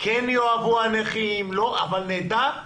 כן יאהבו הנכים או לא, אבל נדע.